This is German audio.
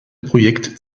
projekt